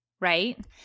Right